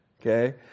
Okay